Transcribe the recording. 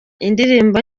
indirimbo